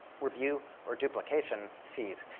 review, or duplication fees.